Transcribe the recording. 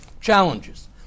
Challenges